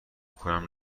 کنم